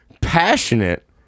passionate